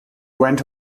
went